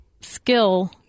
skill